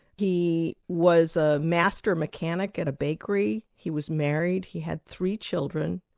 he was a master mechanic at a bakery, he was married, he had three children,